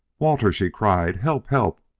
walter! she cried. help! help!